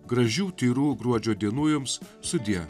gražių tyrų gruodžio dienų jums sudie